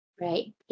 right